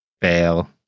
Fail